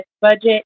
budget